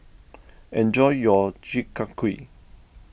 enjoy your Chi Kak Kuih